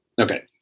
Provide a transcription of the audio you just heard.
Okay